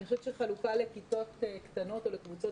אני חושבת שחלוקה לכיתות קטנות או לקבוצות